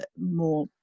more